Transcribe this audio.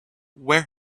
where